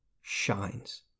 shines